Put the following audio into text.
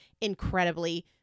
incredibly